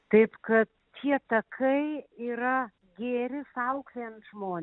taip kad tie takai yra gėris auklėjant žmones